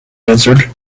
answered